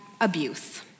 abuse